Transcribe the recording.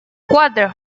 cuatro